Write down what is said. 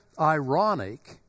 ironic